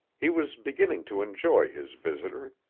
he was beginning to enjoy his visitor.